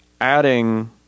adding